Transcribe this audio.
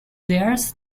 theirs